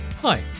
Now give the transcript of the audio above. Hi